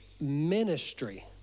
ministry